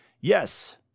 yes